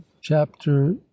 chapter